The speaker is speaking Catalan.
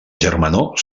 germanor